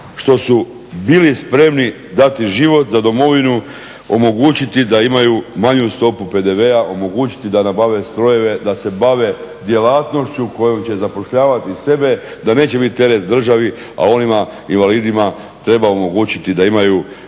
što su bili spremni dati život za domovinu omogućiti da imaju manju stopu PDV-a, omogućiti da nabave strojeve, da se bave djelatnošću kojom će zapošljavati sebe, da neće biti teret državi, a onima invalidima treba omogućiti da imaju